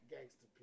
Gangster